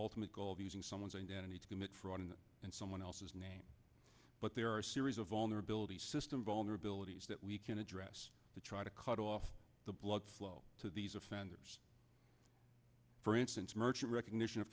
ultimate goal of using someone's identity to commit fraud and someone else's name but there are a series of vulnerabilities system vulnerabilities that we can address to try to cut off the blood flow to these offenders for instance merchant recognition of